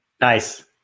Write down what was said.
Nice